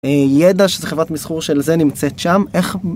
אה, ידע שזכבת מזכור של זה נמצאת שם, איך...